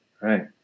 right